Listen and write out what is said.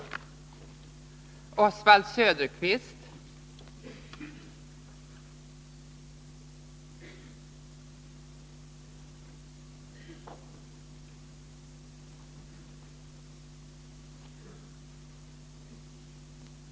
Om energipoliti